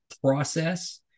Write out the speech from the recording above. process